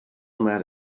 mad